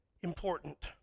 important